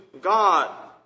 God